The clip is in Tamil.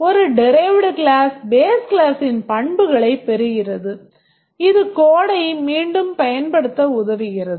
ஒரு derived class base கிளாஸ்ஸின் பண்புகளைப் பெறுகிறது இது code ஐ மீண்டும் பயன்படுத்த உதவுகிறது